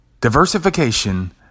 Diversification